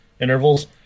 intervals